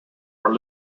are